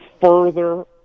further